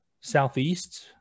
southeast